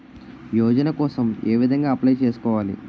Atal pension Yojana కోసం ఏ విధంగా అప్లయ్ చేసుకోవాలి?